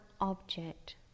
object